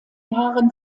jahren